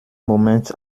moment